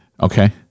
Okay